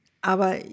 Aber